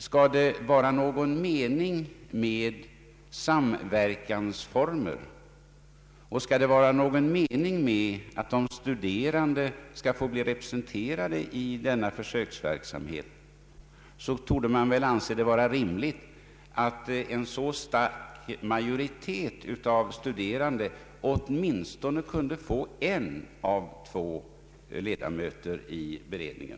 Skall det vara någon mening med samverkansformer och någon mening med att de studerande blir representerade i denna försöksverksamhet, torde det vara rimligt att den stora majoriteten av studerande åtminstone får utse en av två ledamöter i beredningen.